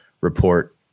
report